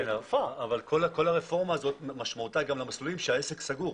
כל הרפורמה הזאת, משמעותה גם למסלולים שהעסק סגור.